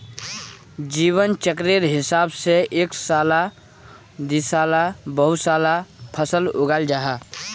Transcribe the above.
जीवन चक्रेर हिसाब से एक साला दिसाला बहु साला फसल उगाल जाहा